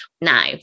now